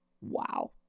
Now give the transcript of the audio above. Wow